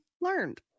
learned